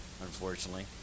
unfortunately